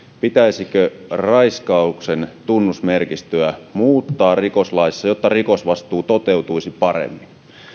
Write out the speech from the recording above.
pitäisikö raiskauksen tunnusmerkistöä muuttaa rikoslaissa jotta rikosvastuu toteutuisi paremmin